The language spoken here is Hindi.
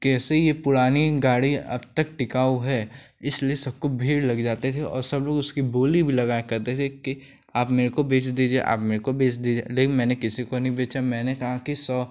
कैसे यह पुरानी गाड़ी अब तक टिकाऊ है इसलिए सबको भीड़ लग जाती थी और सब लोग उसकी बोली भी लगाया करते थे कि आप मेरे को बेच दीजिए आप मेरे को बेच दीजिए लेकिन मैंने किसी को नहीं बेचा मैंने कहा कि सौ